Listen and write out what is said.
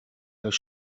das